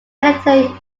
editor